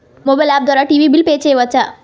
Mobile app ద్వారా TV bill pay చేయవచ్చా?